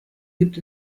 gibt